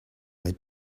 they